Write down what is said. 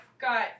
got